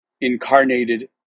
incarnated